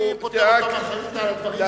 אני פוטר אותו מאחריות לדברים שלך,